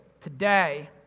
today